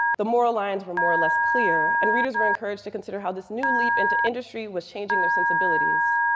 the moral lines were more or less clear. and readers were encouraged to consider how this new leap into industry was changing their sensibilities.